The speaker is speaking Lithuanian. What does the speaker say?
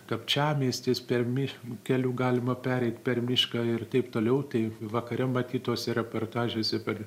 kapčiamiestis per miško keliu galima pereit per mišką ir taip toliau tai vakare matyt tuose reportažuose per